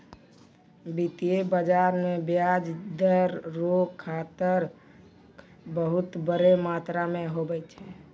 वित्तीय बाजार मे ब्याज दर रो खतरा बहुत बड़ो मात्रा मे हुवै छै